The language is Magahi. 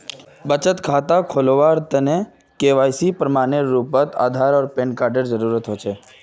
बचत खता खोलावार तने के.वाइ.सी प्रमाण एर रूपोत आधार आर पैन कार्ड एर आवश्यकता होचे